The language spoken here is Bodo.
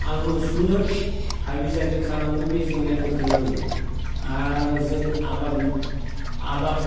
आलु सुनो हाबि जाबि खालामनो बे जेंगायफोरखो नांगौ आर' जों आबाद आबाद